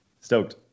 stoked